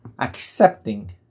accepting